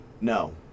No